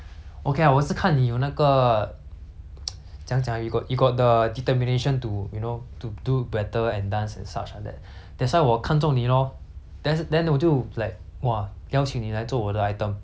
怎样讲啊 you got you got the determination to you know to do better at dance and such like that that's why 我看中你 lor then then 我就 like !wah! 邀请你来做我的 item but then hor during the process